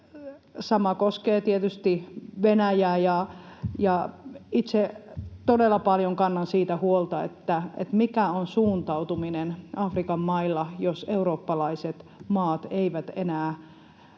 Sama koskee tietysti Venäjää. Itse todella paljon kannan siitä huolta, mikä on suuntautuminen Afrikan mailla, jos Afrikan maat eivät koe